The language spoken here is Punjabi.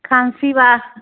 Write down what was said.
ਖਾਂਸੀ ਵਾਸ